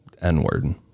n-word